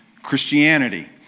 Christianity